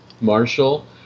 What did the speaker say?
Marshall